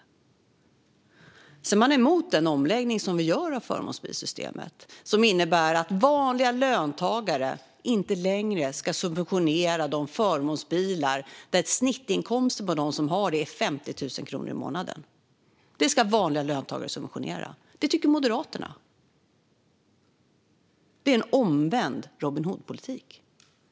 Moderaterna är emot den omläggning som vi gör av förmånsbilssystemet som innebär att vanliga löntagare inte längre ska subventionera de förmånsbilar där snittinkomsten bland dem som har dessa bilar är 50 000 kronor i månaden. Det ska vanliga löntagare subventionera; det tycker Moderaterna. Det är en omvänd Robin Hood-politik.